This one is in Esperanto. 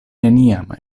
neniam